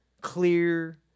clear